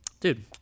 dude –